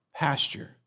pasture